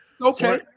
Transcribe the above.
Okay